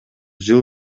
жыл